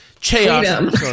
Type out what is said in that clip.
chaos